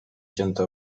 cięte